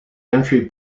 entry